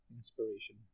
inspiration